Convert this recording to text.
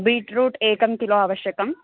beetroot एकं kilo आवश्यकं